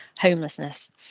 homelessness